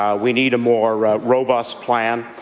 um we need a more robust plan.